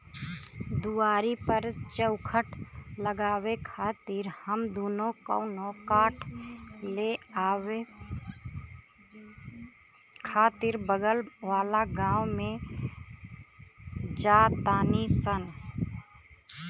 दुआरी पर चउखट लगावे खातिर हम दुनो कवनो काठ ले आवे खातिर बगल वाला गाँव में जा तानी सन